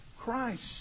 Christ